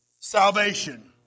salvation